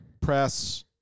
press